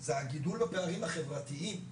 זה את הגידול בפערים החברתיים,